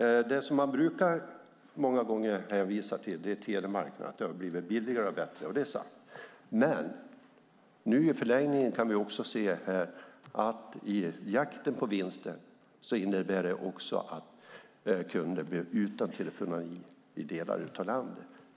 Man brukar många gånger hänvisa till telemarknaden, att det har blivit billigare och bättre, och det är sant. Men nu i förlängningen kan vi också se att i jakten på vinsten blir kunder utan telefoni i delar av landet.